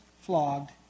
flogged